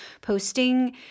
posting